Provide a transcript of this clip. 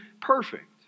perfect